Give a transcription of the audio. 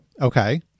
Okay